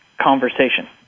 conversation